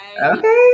Okay